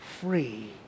free